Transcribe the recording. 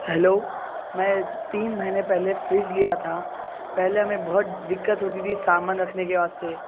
hello میں تین مہینے پہلے فرج لیا تھا پہلے ہمیں بہت دقّت ہوتی تھی سامان رکھنے کے واسطے